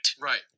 right